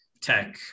tech